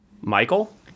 Michael